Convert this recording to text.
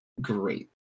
great